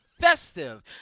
festive